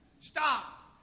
Stop